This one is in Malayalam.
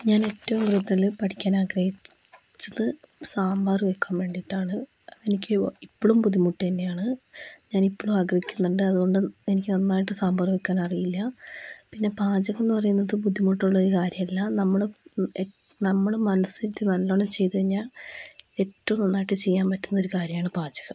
ഞാൻ ഏറ്റവും കൂടുതൽ പഠിക്കാൻ ആഗ്രഹിച്ചത് സാമ്പാർ വയ്ക്കാൻ വേണ്ടിയിട്ടാണ് എനിക്ക് ഇപ്പോഴും ബുദ്ധിമുട്ട് തന്നെയാണ് ഞാൻ ഇപ്പോഴും ആഗ്രഹിക്കുന്നുണ്ട് അതുകൊണ്ട് എനിക്ക് നന്നായിട്ട് സാമ്പാർ വയ്ക്കാൻ അറിയില്ല പിന്നെ പാചകം എന്നു പറയുന്നത് ബുദ്ധിമുട്ടുള്ളൊരു കാര്യം അല്ല നമ്മൾ മനസ്സിരുത്തി നല്ലോണം ചെയ്തു കഴിഞ്ഞാൽ ഏറ്റവും നന്നായിട്ട് ചെയ്യാൻ പറ്റുന്നൊരു കാര്യമാണ് പാചകം